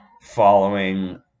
following